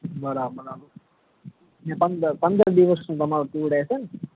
બરા બરાબર ને પંદર પંદર દિવસનો તમારો ટૂર રહેશે ને